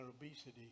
obesity